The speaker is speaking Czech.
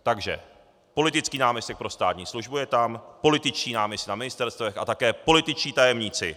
Takže politický náměstek pro státní službu je tam, političtí náměstci na ministerstvech a také političtí tajemníci.